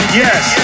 yes